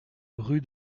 rue